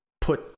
put